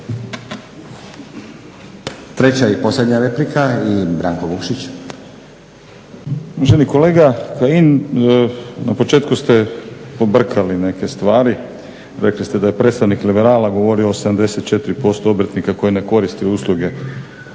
laburisti - Stranka rada)** Uvaženi kolega Kajin na početku ste pobrkali neke stvari. Rekli ste da je predstavnik liberala govorio o 74% obrtnika koji ne koriste usluge